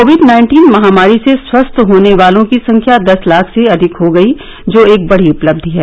Covid nineteen महामारी से स्वस्थ होने वालों की संख्या दस लाख से अधिक हो गई जो एक बड़ी उपलब्धि है